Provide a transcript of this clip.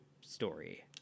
story